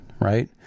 Right